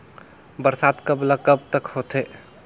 बरसात कब ल कब तक होथे?